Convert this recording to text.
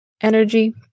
energy